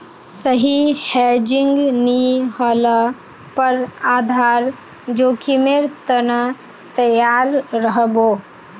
सही हेजिंग नी ह ल पर आधार जोखीमेर त न तैयार रह बो